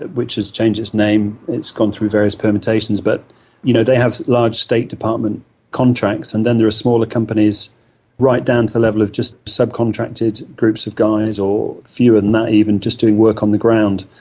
which has changed its name, it's gone through various permutations, but you know they have large state department contracts. and then there are smaller companies right down to the level of just subcontracted groups of guys or fewer than that even, just doing work on the ground.